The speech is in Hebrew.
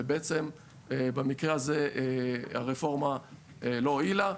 ובעצם במקרה הזה הרפורמה לא הועילה.